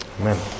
amen